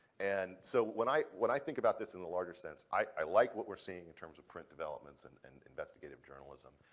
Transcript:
and so, when i when i think about this in the larger sense, i like what we're seeing in terms of print developments and and investigative journalism.